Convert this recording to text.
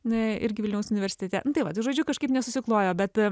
na irgi vilniaus universitete nu tai va tai žodžiu kažkaip nesusiklojo bet